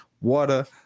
water